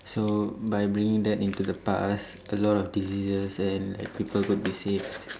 so by bringing that into the past a lot of diseases and people could be saved